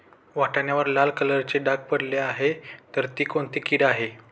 वाटाण्यावर लाल कलरचे डाग पडले आहे तर ती कोणती कीड आहे?